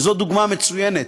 וזו דוגמה מצוינת.